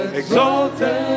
exalted